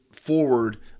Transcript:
forward